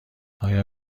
آیا